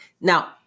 Now